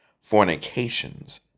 fornications